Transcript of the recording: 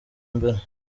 mbere